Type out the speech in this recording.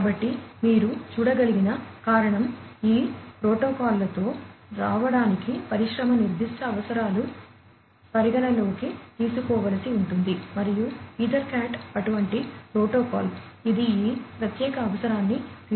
కాబట్టి మీరు చూడగలిగిన కారణం ఈ ప్రోటోకాల్లతో రావడానికి పరిశ్రమ నిర్దిష్ట అవసరాలు పరిగణనలోకి తీసుకోవలసి ఉంటుంది మరియు ఈథర్కాట్ అటువంటి ప్రోటోకాల్ ఇది ఈ ప్రత్యేక అవసరాన్ని తీర్చగలదు